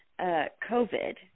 COVID